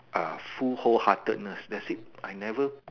uh full whole heartedness that's it I never